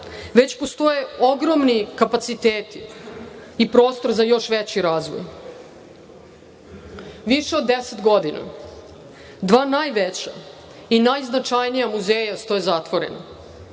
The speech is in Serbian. već postoje ogromni kapaciteti i prostor za još veći razvoj. Više od deset godina dva najveća i najznačajnija muzeja stoje zatvoreni.